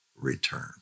return